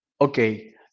okay